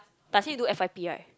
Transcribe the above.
but still need to do F_Y_P right